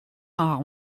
rares